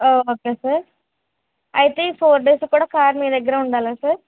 okay sir అయితే ఈ four days కూడా కార్ మీదగ్గరే ఉండాలా సార్